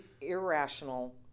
irrational